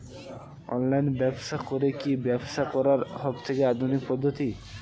Online ব্যবসা করে কি ব্যবসা করার সবথেকে আধুনিক পদ্ধতি?